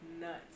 nuts